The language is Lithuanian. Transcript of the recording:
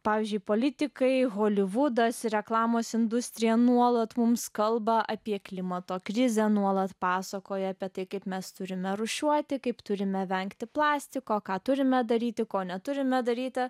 pavyzdžiui politikai holivudas ir reklamos industrija nuolat mums kalba apie klimato krizę nuolat pasakoja apie tai kaip mes turime rūšiuoti kaip turime vengti plastiko ką turime daryti ko neturime daryti